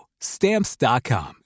stamps.com